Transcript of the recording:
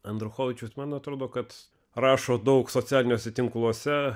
andruchovičius man atrodo kad rašo daug socialiniuose tinkluose